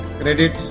credit